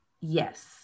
Yes